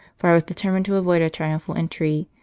for i was determined to avoid a triumphal entry,